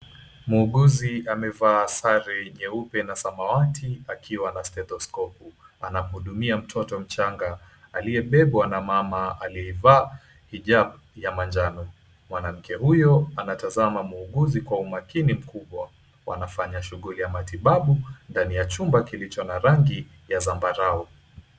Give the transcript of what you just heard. Muuguzi amevaa sare nyeupe na samawati akiwa na stethoscope , anahudumia mtoto mchanga aliyebebwa na mama aliyevaa hijabu ya manjano. Mwanamke huyo anatazama muuguzi kwa umakini mkubwa. Wanafanya shughuli ya matibabu ndani ya chumba kilicho na rangi ya zambarau.